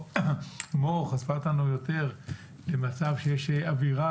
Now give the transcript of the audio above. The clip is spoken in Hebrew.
מור חשפה אותנו יותר למצב שיש אווירה